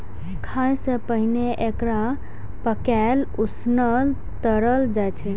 खाय सं पहिने एकरा पकाएल, उसनल, तरल जाइ छै